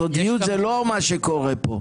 הסודיות זה לא מה שקורה כאן.